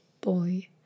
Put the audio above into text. boy